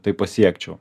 tai pasiekčiau